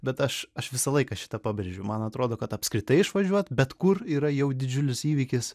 bet aš aš visą laiką šitą pabrėžiu man atrodo kad apskritai išvažiuot bet kur yra jau didžiulis įvykis